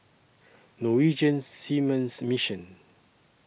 Norwegian Seamen's Mission